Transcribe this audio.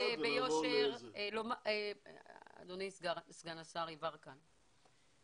אדוני סגן השר יברקן,